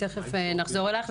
תכף נחזור אלייך.